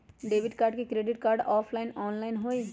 Debit card credit card offline online होई?